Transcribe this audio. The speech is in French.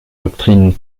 doctrine